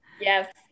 yes